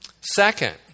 Second